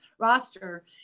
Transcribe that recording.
Roster